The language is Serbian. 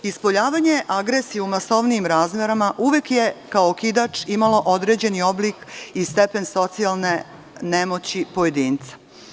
Ispoljavanje agresije u masovnijim razmerama uvek je kao okidač imalo određeni oblik i stepen socijalne nemoći pojedinca.